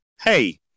Hey